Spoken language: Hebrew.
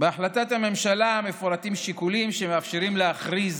בהחלטת הממשלה מפורטים שיקולים שמאפשרים להכריז